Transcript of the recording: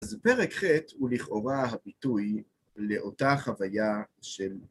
אז פרק ח' הוא לכאורה הביטוי לאותה חוויה של